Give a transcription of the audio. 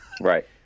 Right